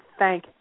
thank